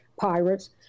Pirates